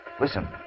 Listen